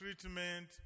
treatment